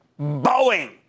Boeing